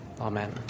Amen